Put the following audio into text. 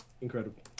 incredible